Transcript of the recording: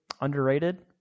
underrated